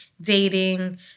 dating